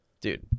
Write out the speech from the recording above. dude